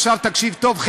עכשיו תקשיב טוב,